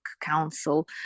Council